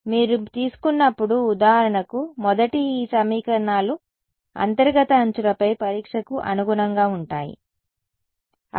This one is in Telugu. కాబట్టి మీరు తీసుకున్నప్పుడు ఉదాహరణకు మొదటి ఈ సమీకరణాలు అంతర్గత అంచులపై పరీక్షకు అనుగుణంగా ఉంటాయి సరే